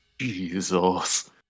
Jesus